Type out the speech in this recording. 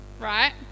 right